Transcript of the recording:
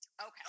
okay